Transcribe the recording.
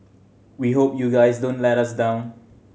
we hope you guys don't let us down